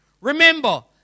Remember